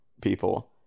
people